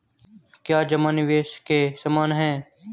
क्या जमा निवेश के समान है?